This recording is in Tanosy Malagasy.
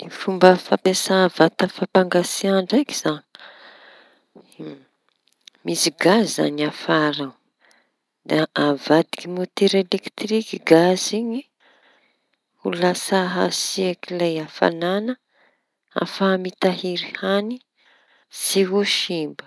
Ny fomba fampiasa vata fampangatsiaha ndraiky zañy zao. Misy gazy zañy afara ao da avadiky motera elekitiriky gazy iñyho lasa hatsiaky lay hafaña ahafahaña mitahiry hañina tsy ho simba.